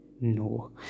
No